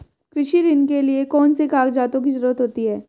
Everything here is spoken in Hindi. कृषि ऋण के लिऐ कौन से कागजातों की जरूरत होती है?